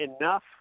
enough